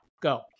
Go